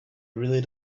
really